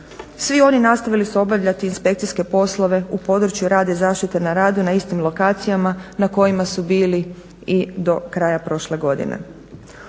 Svi oni nastavili su obavljati inspekcijske poslove u području rada i zaštite na radu na istim lokacijama na kojima su bili i do kraja prošle godine.